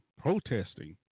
protesting